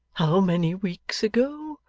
how many weeks ago?